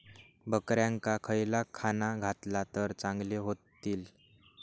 बकऱ्यांका खयला खाणा घातला तर चांगल्यो व्हतील?